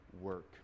work